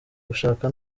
gushaka